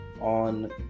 on